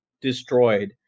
destroyed